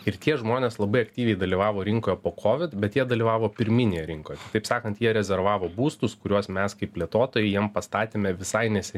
ir tie žmonės labai aktyviai dalyvavo rinkoje po covid bet jie dalyvavo pirminėje rinkoj taip sakant jie rezervavo būstus kuriuos mes kaip plėtotojai jiem pastatėme visai nese